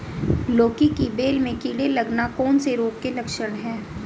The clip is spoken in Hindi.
लौकी की बेल में कीड़े लगना कौन से रोग के लक्षण हैं?